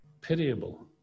pitiable